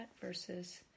versus